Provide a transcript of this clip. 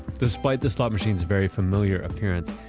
despite the slot machines very familiar appearance,